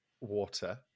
water